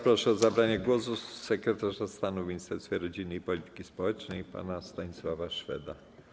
Proszę o zabranie głosu sekretarza stanu w Ministerstwie Rodziny i Polityki Społecznej pana Stanisława Szweda.